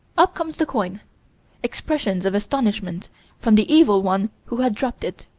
up comes the coin expressions of astonishment from the evil one who had dropped it.